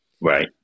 Right